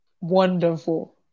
Wonderful